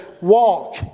walk